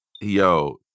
Yo